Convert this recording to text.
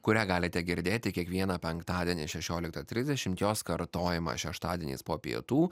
kurią galite girdėti kiekvieną penktadienį šešioliktą trisdešimt jos kartojimą šeštadieniais po pietų